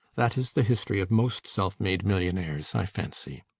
that is the history of most self-made millionaires, i fancy.